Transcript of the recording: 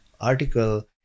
article